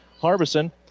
Harbison